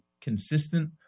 consistent